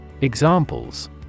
Examples